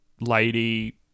lady